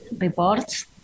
reports